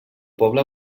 poble